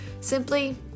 Simply